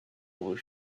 was